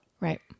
Right